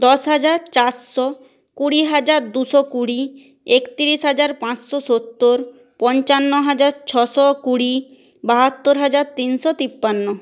দশ হাজার চারশো কুড়ি হাজার দুশো কুড়ি একতিরিশ হাজার পাঁচশো সত্তর পঞ্চান্ন হাজার ছশো কুড়ি বাহাত্তর হাজার তিনশো তিপ্পান্ন